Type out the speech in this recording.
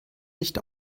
nicht